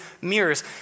mirrors